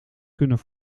kunnen